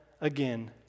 again